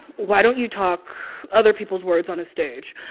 why don't you talk other people's words on a stage